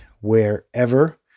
wherever